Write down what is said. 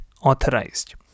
authorized